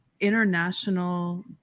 international